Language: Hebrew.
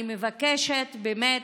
אני מבקשת, באמת,